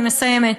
אני מסיימת,